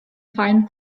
fein